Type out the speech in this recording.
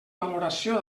valoració